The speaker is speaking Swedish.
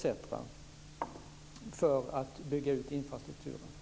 när det gäller att bygga ut infrastrukturen?